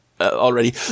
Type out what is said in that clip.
already